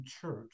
church